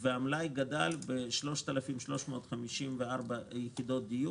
והמלאי גדל ב-3,354 יחידות דיור,